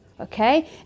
okay